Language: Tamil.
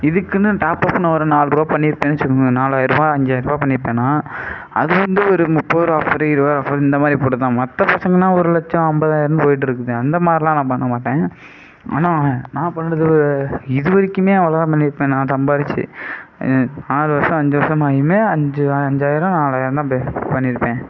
இதுக்குனு டாப்அப்னு ஒரு நால்ரூபா பண்ணியிருப்பேன்னு வச்சுக்கோங்களேன் நாலாயரரூவா அஞ்சாயரரூபா பண்ணிருப்பேனா அது வந்து ஒரு முப்பது ரூபா ஃப்ரீ இருவது ரூபா ஆஃபர் இந்த மாதிரி போட்டதுதான் மற்ற பசங்கனா ஒரு லட்சம் அம்பதாயிரம்னு போய்ட்டு இருக்குது அந்த மாதிரில்லாம் நான் பண்ணமாட்டேன் ஆனால் நான் பண்ணுறது இது வரைக்கும் அவ்வளோதான் பண்ணியிருப்பேன் நான் சம்பாரித்து நாலு வர்ஷம் அஞ்சு வர்ஷம் ஆகியுமே அஞ்சு அஞ்சாயிரம் நாலாயிரம்தான் பண்ணயிருப்பேன்